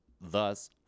thus